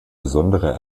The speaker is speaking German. besonderer